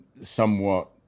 somewhat